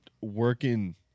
working